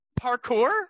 Parkour